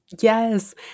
Yes